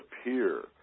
appear